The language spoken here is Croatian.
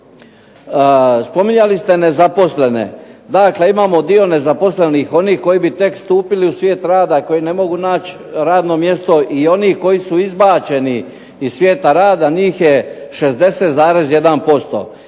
Spominjali ste nezaposlene, dakle imamo dio nezaposlenih onih koji bi tek stupili u svijet rada, koji ne mogu naći radno mjesto i oni koji su izbačeni iz svijeta rada, njih je 60,1%.